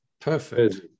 perfect